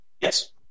Yes